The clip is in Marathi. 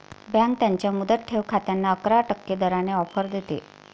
बँक त्यांच्या मुदत ठेव खात्यांना अकरा टक्के दराने ऑफर देते